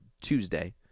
Tuesday